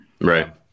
Right